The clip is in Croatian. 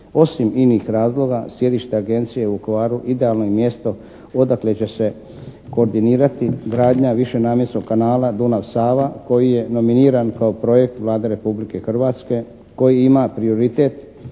Osim inih razloga sjedište Agencije u Vukovaru idealno je mjesto odakle će se koordinirati gradnja višenamjenskog kanala Dunav-Sava koji je nominiran kao projekt Vlade Republike Hrvatske koji ima prioritet